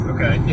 Okay